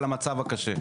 על המצב הקשה.